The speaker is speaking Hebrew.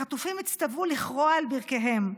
החטופים הצטוו לכרוע על ברכיהם,